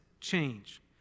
change